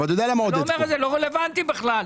זה לא רלוונטי בכלל.